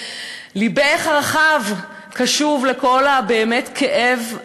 לבך הרחב באמת קשוב לכל הכאב,